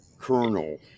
colonel